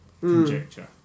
conjecture